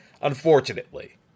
unfortunately